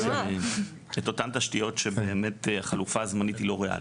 אותן תשתיות שבאמת החלופה הזמנית היא לא ריאלית,